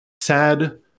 sad